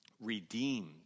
redeemed